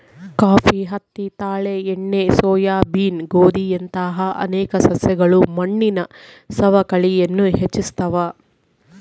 coffee ಹತ್ತಿ ತಾಳೆ ಎಣ್ಣೆ ಸೋಯಾಬೀನ್ ಗೋಧಿಯಂತಹ ಅನೇಕ ಸಸ್ಯಗಳು ಮಣ್ಣಿನ ಸವಕಳಿಯನ್ನು ಹೆಚ್ಚಿಸ್ತವ